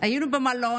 היינו במלון.